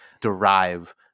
derive